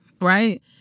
Right